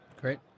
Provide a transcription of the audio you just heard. Great